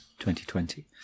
2020